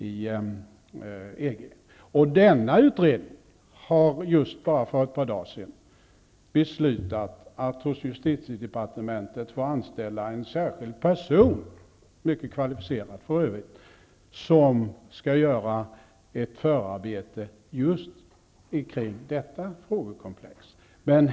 Denna sistnämnda utredning har bara för ett par dagar sedan beslutat att hos justitiedepartementet be att få anställa en särskild person, mycket kvalificerad för övrigt, som skall göra ett förarbete ikring detta frågekomplex.